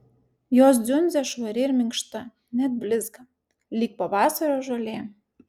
jos dziundzė švari ir minkšta net blizga lyg pavasario žolė